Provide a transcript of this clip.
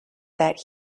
that